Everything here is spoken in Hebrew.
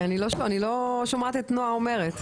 אני לא שומעת את נועה אומרת.